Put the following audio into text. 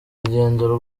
rugendo